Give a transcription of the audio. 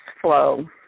flow